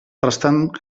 restant